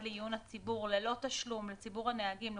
לעיון הציבור ללא תשלום לציבור הנהגים,